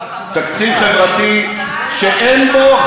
תקציב חברתי שאין בו,